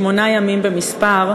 שמונה ימים במספר,